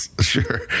Sure